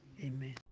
Amen